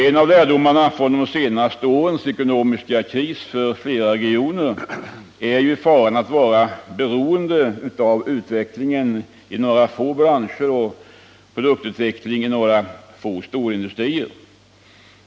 En av lärdomarna av de senaste årens ekonomiska kris för flera regioner är faran av att vara beroende av utvecklingen i några få branscher och av produktutveckling i några få storindustrier.